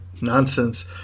nonsense